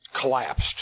collapsed